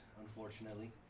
unfortunately